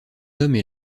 hommes